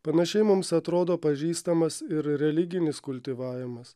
panašiai mums atrodo pažįstamas ir religinis kultivavimas